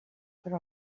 però